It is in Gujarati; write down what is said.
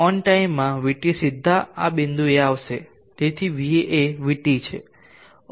ઓન ટાઇમ માં Vt સીધા આ બિંદુએ આવશે તેથી Va એ Vt છે